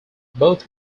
both